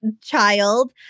child